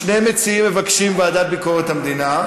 שני מציעים מבקשים לוועדה לביקורת המדינה.